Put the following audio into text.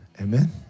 Amen